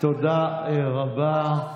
תודה רבה.